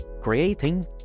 creating